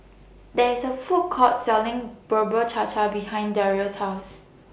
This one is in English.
There IS A Food Court Selling Bubur Cha Cha behind Darius' House